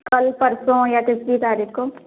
कल परसों या कितनी तारीख़ को